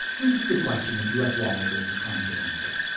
this is the question that u s. lawmakers are trying to answer.